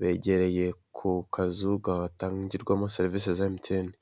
begereye ku kazu gatangirwamo serivisi za emutiyene.